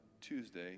Tuesday